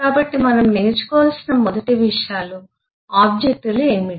కాబట్టి మనం నేర్చుకోవలసిన మొదటి విషయాలు ఆబ్జెక్ట్లు ఏమిటి